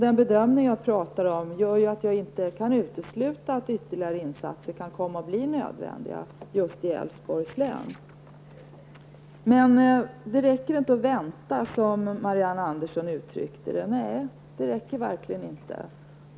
Den bedömning som jag talar om gör att jag inte kan utesluta att ytterligare insatser kan komma att bli nödvändiga just i Älvsborgs län. Som Marianne Andersson uttryckte det räcker det inte med att vänta. Nej, det räcker verkligen inte.